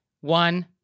one